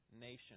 nation